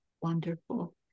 Wonderful